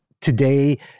Today